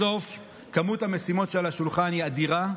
בסוף כמות המשימות שעל השולחן היא אדירה,